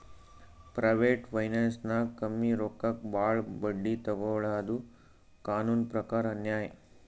private ಫೈನಾನ್ಸ್ದಾಗ್ ಕಮ್ಮಿ ರೊಕ್ಕಕ್ ಭಾಳ್ ಬಡ್ಡಿ ತೊಗೋಳಾದು ಕಾನೂನ್ ಪ್ರಕಾರ್ ಅನ್ಯಾಯ್